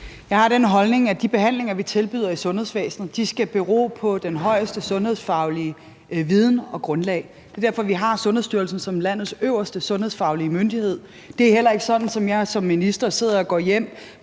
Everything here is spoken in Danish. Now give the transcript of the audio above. Jeg har den holdning, at de behandlinger, vi tilbyder i sundhedsvæsenet, skal bero på den højeste sundhedsfaglige viden og grundlag. Det er derfor, vi har Sundhedsstyrelsen som landets øverste sundhedsfaglige myndighed. Det er heller ikke sådan, at jeg som minister går hjem